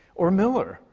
or miller.